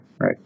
right